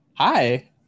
hi